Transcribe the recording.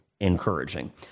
encouraging